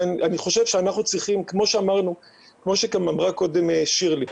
אני חושב שאנחנו צריכים כמו שאמרה קודם שירלי,